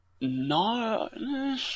no